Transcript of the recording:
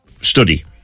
study